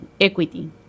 equity